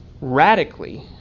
radically